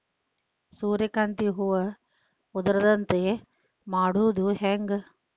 ಸೂರ್ಯಕಾಂತಿ ಹೂವ ಉದರದಂತೆ ಮಾಡುದ ಹೆಂಗ್?